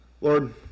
Lord